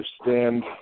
understand